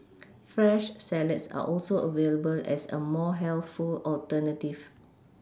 fresh salads are also available as a more healthful alternative